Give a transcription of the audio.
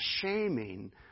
shaming